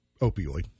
opioid